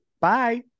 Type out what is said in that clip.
Bye